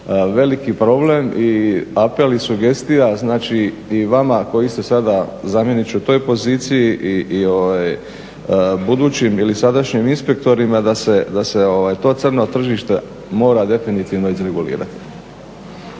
veliki problem. I apel i sugestija znači i vama koji ste sada zamjeniče u toj poziciji i budućim ili sadašnjim inspektorima da se to crno tržište mora definitivno izregulirati.